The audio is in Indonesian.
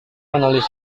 menulis